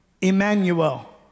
Emmanuel